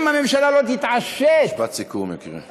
אם הממשלה לא תתעשת, משפט סיכום, יקירי.